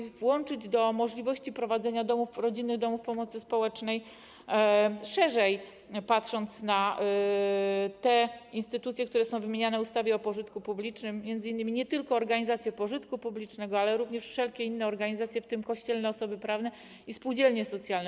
Proponuję włączyć to do możliwości prowadzenia rodzinnych domów pomocy społecznej i szerzej patrzeć na te instytucje, które są wymieniane w ustawie o pożytku publicznym, m.in. nie tylko organizacje pożytku publicznego, ale również wszelkie inne organizacje, w tym kościelne osoby prawne i spółdzielnie socjalne.